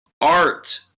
art